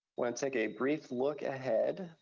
wanna take a brief look ahead,